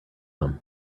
them